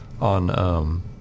on